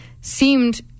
seemed